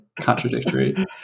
contradictory